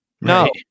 No